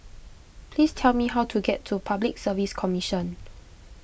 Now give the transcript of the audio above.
please tell me how to get to Public Service Commission